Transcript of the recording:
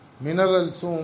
minerals